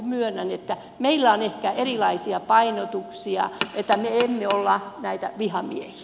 myönnän että meillä on ehkä erilaisia painotuksia me emme ole näitä vihamiehiä